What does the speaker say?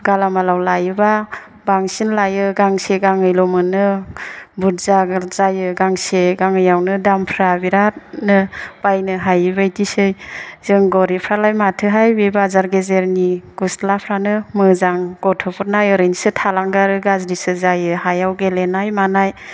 गालामालआव लायोबा बांसिन लायो गांसे गांनैल' मोनो बुरजा गोर जायो गांसे गांनैयावनो दामफ्रा बिराथनो बायनो हायैबायदिसै जों गरिबफ्रालाय माथोहाय बे बाजार गेजेरनि गस्लाफ्रानो मोजां गथ'फोरना ओरैनोसो थालांगारो गाज्रिसो जायो हायाव गेलेनाय मानाय